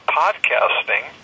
podcasting